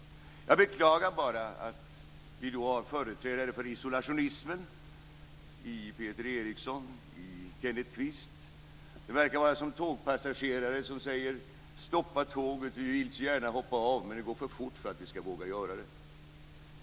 Jag beklagar bara att vi har företrädare för isolationismen i Peter Eriksson och Kenneth Kvist. De verkar vara som tågpassagerare som säger: Stoppa tåget, vi vill så gärna hoppa av, men det går för fort för att vi skall våga göra det.